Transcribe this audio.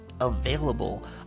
available